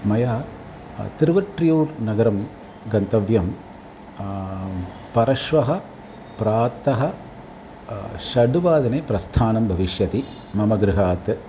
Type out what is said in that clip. मया तिरुवट्रूर् नगरं गन्तव्यं परश्वः प्रातः षड् वादने प्रस्थानं भविष्यति मम गृहात्